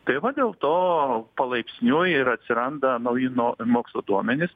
tai va dėl to palaipsniui ir atsiranda nauji nuo mokslo duomenys